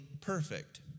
perfect